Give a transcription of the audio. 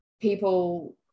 people